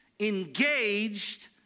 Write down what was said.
engaged